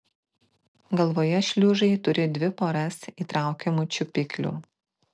galvoje šliužai turi dvi poras įtraukiamų čiuopiklių